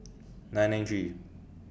nine nine three